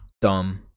dumb